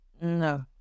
No